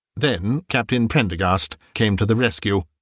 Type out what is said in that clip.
then captain prendergast came to the rescue.